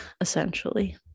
essentially